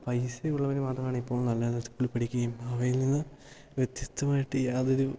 പൈസയുള്ളവന് മാത്രമാണ് ഇപ്പോള് നല്ല സ്കൂളില് പഠിക്കുകയും അവയിൽനിന്ന് വ്യത്യസ്തമായിട്ട് യാതൊരു